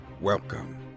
Welcome